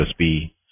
USB